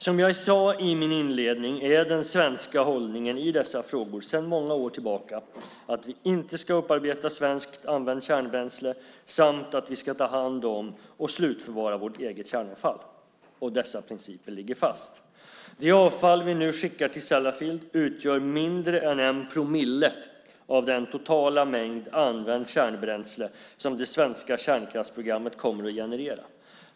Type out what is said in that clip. Som jag sade i min inledning är den svenska hållningen i dessa frågor sedan många år tillbaka att vi inte ska upparbeta svenskt använt kärnbränsle samt att vi ska ta hand om och slutförvara vårt eget kärnavfall. Dessa principer ligger fast. Det avfall vi nu skickar till Sellafield utgör mindre än en promille av den totala mängd använt kärnbränsle som det svenska kärnkraftsprogrammet kommer att generera.